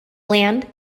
land